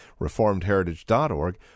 reformedheritage.org